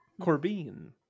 corbin